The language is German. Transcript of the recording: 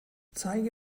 zeige